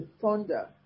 thunder